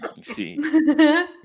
See